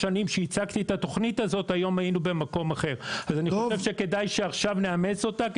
אני חושב שכדאי שנאמץ אותה עכשיו,